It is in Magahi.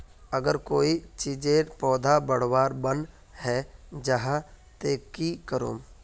अगर कोई चीजेर पौधा बढ़वार बन है जहा ते की करूम?